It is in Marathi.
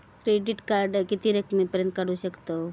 क्रेडिट कार्ड किती रकमेपर्यंत काढू शकतव?